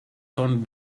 von